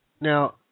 Now